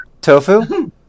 tofu